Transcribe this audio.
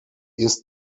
ist